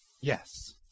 Yes